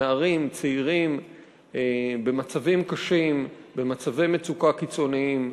נערים צעירים במצבים קשים, במצבי מצוקה קיצוניים.